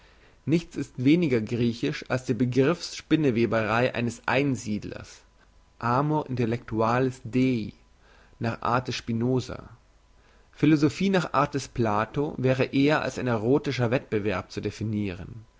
nichts ist weniger griechisch als die begriffs spinneweberei eines einsiedlers amor intellectualis dei nach art des spinoza philosophie nach art des plato wäre eher als ein erotischer wettbewerb zu definiren